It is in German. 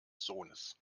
sohnes